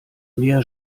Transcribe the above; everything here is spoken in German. mehr